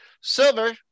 Silver